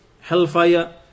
hellfire